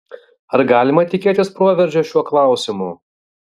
ar galima tikėtis proveržio šiuo klausimu